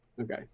Okay